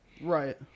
Right